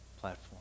platform